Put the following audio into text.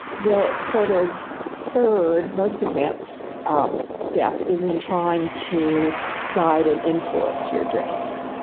the sort of third most advanced um step is in in trying to guide and influence your dreams,